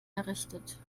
errichtet